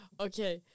okay